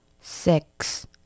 Six